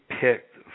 picked